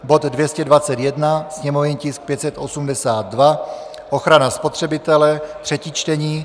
bod 221, sněmovní tisk 582 ochrana spotřebitele, třetí čtení;